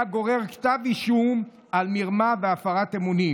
היה גורר כתב אישום על מרמה והפרת אמונים.